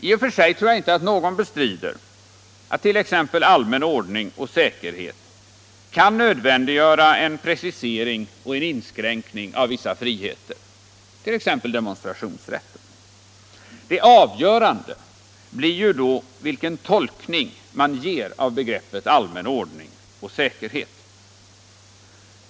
I och för sig tror jag inte att någon bestrider att t.ex. allmän ordning och säkerhet kan nödvändiggöra en precisering eller en inskränkning av vissa friheter, t.ex. demonstrationsrätten. Det avgörande blir ju då vilken tolkning man ger av begreppet allmän ordning och säkerhet.